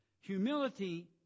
Humility